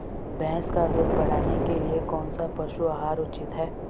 भैंस का दूध बढ़ाने के लिए कौनसा पशु आहार उचित है?